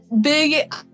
big